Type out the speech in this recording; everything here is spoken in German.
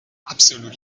absolut